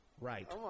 Right